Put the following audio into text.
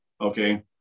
Okay